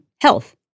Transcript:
health